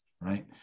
right